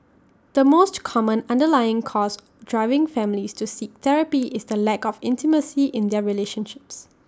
the most common underlying cause driving families to seek therapy is the lack of intimacy in their relationships